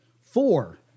Four